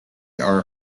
are